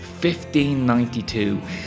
1592